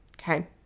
Okay